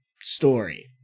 story